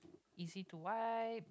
easy to wipe